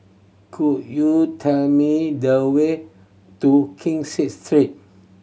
could you tell me the way to Kee Say Street